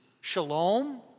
shalom